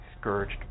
scourged